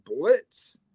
blitz